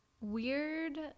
Weird